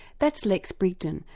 that's lex brigden,